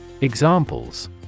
Examples